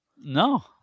No